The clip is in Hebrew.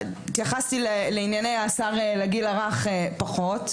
התייחסתי לענייני השר לגיל הרך פחות.